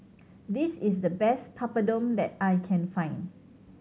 this is the best Papadum that I can find